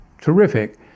terrific